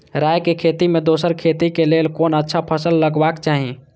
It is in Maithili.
राय के खेती मे दोसर खेती के लेल कोन अच्छा फसल लगवाक चाहिँ?